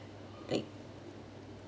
like